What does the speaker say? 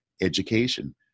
Education